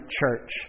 church